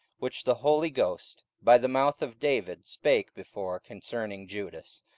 which the holy ghost by the mouth of david spake before concerning judas,